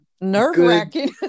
Nerve-wracking